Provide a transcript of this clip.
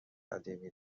قدیمی